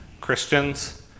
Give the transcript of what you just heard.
Christians